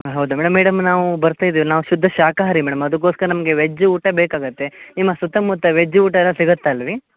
ಹಾಂ ಹೌದಾ madam madam ನಾವು ಬರ್ತಾ ಇದ್ದೇವೆ ನಾವು ಶುದ್ಧ ಶಾಖಾಹಾರಿ ಮೇಡಮ್ ಅದಕೋಸ್ಕರ ನಮಗೆ ವೆಜ್ ಊಟ ಬೇಕಾಗುತ್ತೆ ನಿಮ್ಮ ಸುತ್ತಮುತ್ತ ವೆಜ್ ಊಟ ಅಲ್ವಾ ಸಿಗುತ್ತಾ ಅಲ್ಲಿ